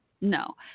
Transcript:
no